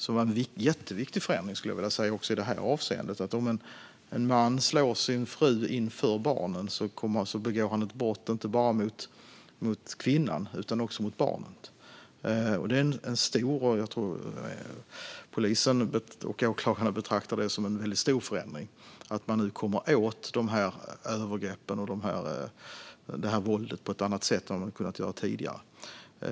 Det var en jätteviktig förändring i det avseendet att om en man slår sin fru inför barnen begår han ett brott inte bara mot kvinnan utan också mot barnet. Polis och åklagare betraktar det som en väldigt stor förändring att man nu kommer åt de här övergreppen och det här våldet på ett annat sätt än man kunnat göra tidigare.